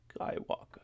Skywalker